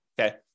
okay